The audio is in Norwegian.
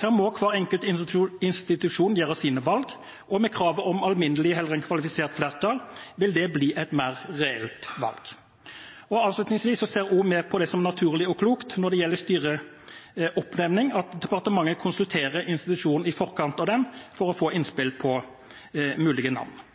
Her må hver enkelt institusjon gjøre sine valg, og med kravet om alminnelig heller enn kvalifisert flertall vil det bli et mer reelt valg. Avslutningsvis: Vi ser også på det som naturlig og klokt når det gjelder styreoppnevning, at departementet konsulterer institusjonene i forkant for å få innspill på mulige navn.